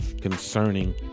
concerning